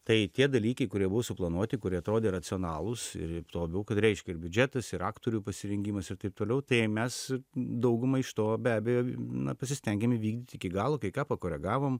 tai tie dalykai kurie buvo suplanuoti kurie atrodė racionalūs ir tuo labiau kad reiškia ir biudžetas ir aktorių pasirengimas ir taip toliau tai mes dauguma iš to be abejo na pasistengėm įvykdyti iki galo kai ką pakoregavom